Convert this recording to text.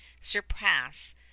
surpass